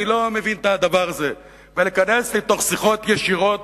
אני לא מבין את הדבר הזה ולהיכנס לתוך שיחות ישירות